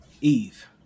Eve